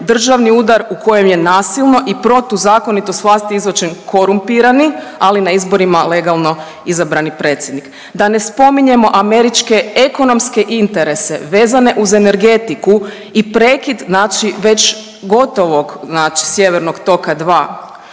državni udar u kojem je nasilno i protuzakonito s vlasti izbačen korumpirani ali na izborima legalno izabrani predsjednik. Da ne spominjemo američke ekonomske interese vezane uz energetiku i prekid znači već gotovog znači sjevernog toka 2.